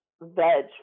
veg